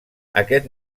aquest